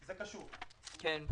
כן.